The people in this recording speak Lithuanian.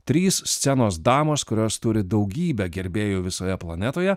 trys scenos damos kurios turi daugybę gerbėjų visoje planetoje